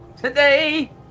Today